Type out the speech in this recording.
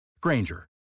Granger